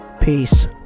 Peace